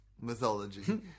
mythology